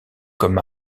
comme